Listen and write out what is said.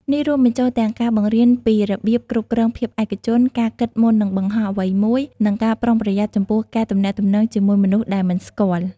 នេះរួមបញ្ចូលទាំងការបង្រៀនពីរបៀប គ្រប់គ្រងភាពឯកជន ការគិតមុននឹងបង្ហោះអ្វីមួយ និងការប្រុងប្រយ័ត្នចំពោះការទំនាក់ទំនងជាមួយមនុស្សដែលមិនស្គាល់។